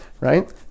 right